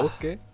Okay